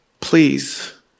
Please